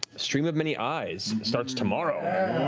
stream of many eyes starts tomorrow.